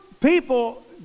people